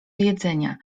jedzenia